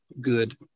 good